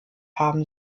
haben